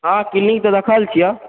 हँ क्लिनिक त देखल छियै